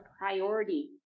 priority